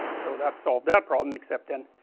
so that solved that problem, except then,